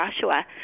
Joshua